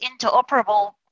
interoperable